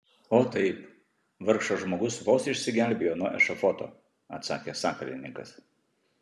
o taip vargšas žmogus vos išsigelbėjo nuo ešafoto atsakė sakalininkas